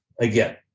Again